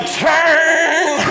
turn